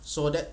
so that